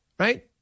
Right